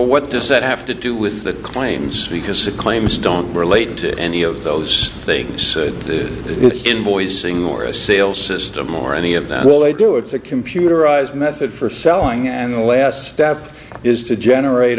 what does that have to do with the claims because the claims don't relate to any of those things do invoicing or a sale system or any of that will they do it's a computerized method for selling and the last step is to generate